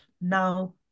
now